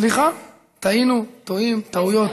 סליחה, טעינו, טועים, טעויות.